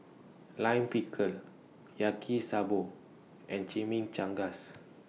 Lime Pickle Yaki Soba and Chimichangas